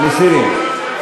מסירים.